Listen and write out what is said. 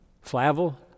Flavel